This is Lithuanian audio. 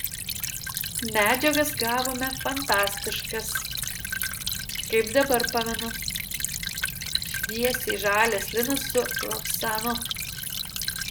medžiagas gavome fantastiškas kaip dabar pamenu šviesiai žalias linas su lavsanu